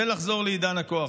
זה לחזור לעידן הכוח.